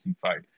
fight